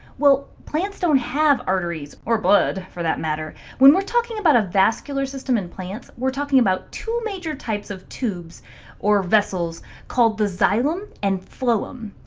well plants don't have arteries or blood, for that matter. when we're talking about a vascular system in plants, we're talking about two major types of tubes or vessels called the xylem and phloem.